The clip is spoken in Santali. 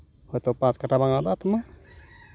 ᱦᱚᱭᱛᱳ ᱯᱟᱸᱪ ᱠᱟᱴᱷᱟ ᱵᱟᱝ ᱟᱫᱟᱜ ᱛᱟᱢᱟ